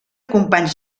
companys